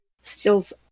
Steals